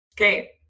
Okay